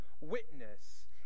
witness